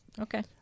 Okay